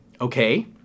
okay